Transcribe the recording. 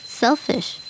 selfish